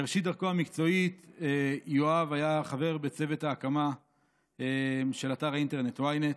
בראשית דרכו המקצועית יואב היה חבר בצוות ההקמה של אתר האינטרנט ynet,